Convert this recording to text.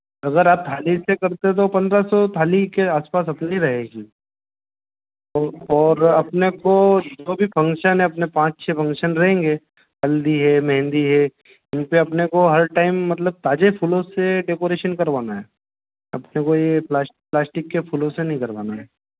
अगर आप थाली से करते तो पन्द्रह सौ थाली के आस पास अपने रहेगी और और अपने को जो भी फंक्शन है अपने पाँच छः फंक्शन रहेंगे हल्दी है मेहंदी है इनपर अपने को हर टाइम मतलब ताजे फूलों से डेकोरेशन करवाना है अपने को यह प्लास्टिक प्लास्टिक के फूलों से नहीं करवाना है